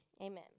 Amen